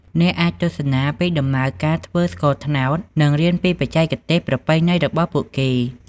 អ្នកអាចទស្សនាពីដំណើរការធ្វើស្ករត្នោតនិងរៀនពីបច្ចេកទេសប្រពៃណីរបស់ពួកគេ។